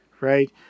right